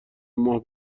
ماه